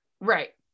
Right